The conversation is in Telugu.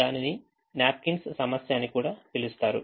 దీనిని నాప్కిన్స్ సమస్య అని కూడా పిలుస్తారు